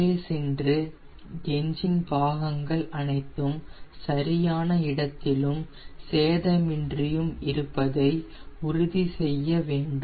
உள்ளே சென்று என்ஜின் பாகங்கள் அனைத்தும் சரியான இடத்திலும் சேதமின்றியும் இருப்பதை உறுதி செய்ய வேண்டும்